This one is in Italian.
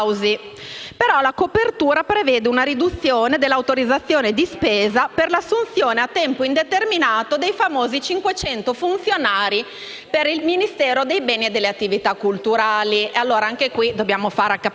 La copertura prevede però una riduzione dell'autorizzazione di spesa per l'assunzione a tempo indeterminato dei famosi 500 funzionari per il Ministero dei beni e delle attività culturali. Anche qui dobbiamo fare a capirci: